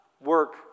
work